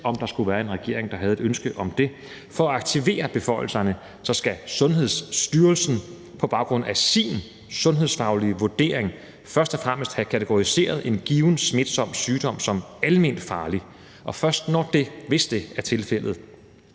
om der skulle være en regering, der havde et ønske om det. For at aktivere beføjelserne skal Sundhedsstyrelsen på baggrund af sin sundhedsfaglige vurdering først og fremmest have kategoriseret en given smitsom sygdom som alment farlig, og først når det er tilfældet